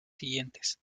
siguientes